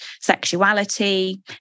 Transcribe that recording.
sexuality